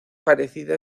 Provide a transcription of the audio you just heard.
parecida